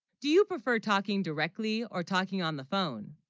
do you prefer talking directly or talking on the phone